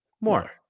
more